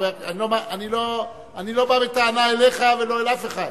--- אני לא בא בטענה אליך ולא אל אף אחד,